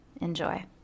Enjoy